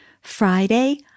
Friday